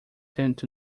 tend